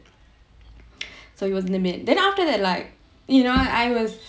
so it was limit then after that like you know I was